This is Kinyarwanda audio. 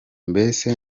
mbese